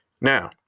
Now